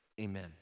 amen